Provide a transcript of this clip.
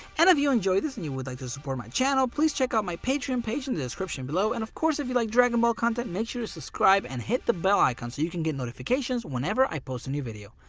and if you enjoyed this and would like to support my channel, please check out my patreon page in the description below. and of course if you like dragon ball content make sure to subscribe and hit the bell icon so you can get notifications whenever i post a new video.